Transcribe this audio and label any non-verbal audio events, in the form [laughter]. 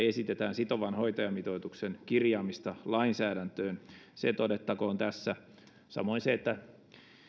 [unintelligible] esitetään sitovan hoitajamitoituksen kirjaamista lainsäädäntöön se todettakoon tässä samoin se että